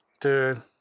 Dude